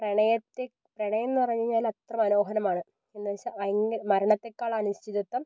പ്രണയത്തെ പ്രണയമെന്ന് പറഞ്ഞ് കഴിഞ്ഞാൽ അത്ര മനോഹരമാണ് എന്ന് വെച്ചാൽ ഭയങ്കര മരണത്തേക്കാൾ അനിശ്ചിതത്വം